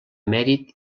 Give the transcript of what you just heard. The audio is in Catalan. mèrit